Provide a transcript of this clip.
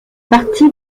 partie